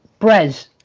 Brez